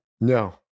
No